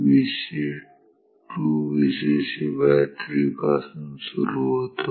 Vc 2Vcc3 पासून सुरू होतो